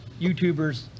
YouTubers